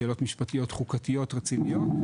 שאלות משפטיות חוקתיות רציניות,